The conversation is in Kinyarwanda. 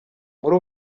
muri